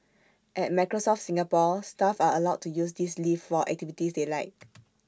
at Microsoft Singapore staff are allowed to use this leave for activities they like